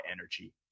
energy